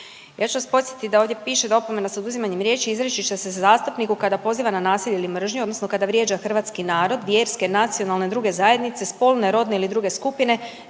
Ja ću vas podsjetit da ovdje piše da opomena s oduzimanjem riječi izreći će se zastupniku kada poziva na nasilje ili mržnju odnosno kada vrijeđa hrvatski narod, vjerske, nacionalne i druge zajednice, spolne, rodne ili druge skupine,